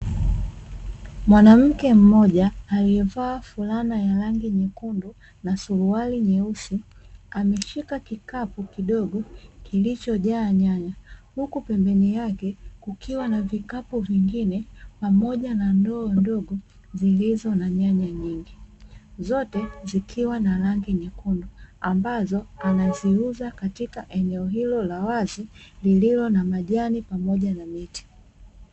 Mwanamke mmoja aliyevaa flana ya rangi nyekundu na suruali nyeusi ameshika kikapu kidogo kilichojaa nyanya. Huku pembeni yake kukiwa na vikapu vingine pamoja na ndoo ndogo zilizo na nyanya nyingi zote zikiwa na rangi nyekundu ambazo anaziuza katika eneo hilo la wazi lililo na majani pamoja na miti.